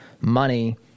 money